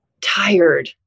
tired